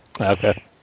Okay